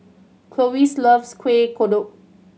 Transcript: Clovis loves Kueh Kodok